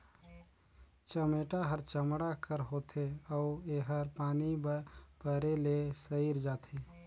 चमेटा हर चमड़ा कर होथे अउ एहर पानी परे ले सइर जाथे